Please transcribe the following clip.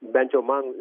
bent jau man